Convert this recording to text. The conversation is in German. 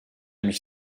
mich